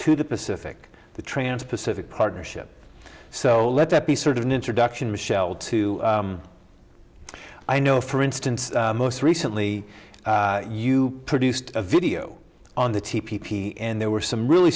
to the pacific the trans pacific partnership so let that be sort of an introduction michel to i know for instance most recently you produced a video on the t p p and there were some really